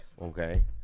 Okay